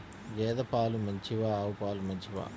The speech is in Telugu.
గేద పాలు మంచివా ఆవు పాలు మంచివా?